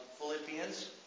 Philippians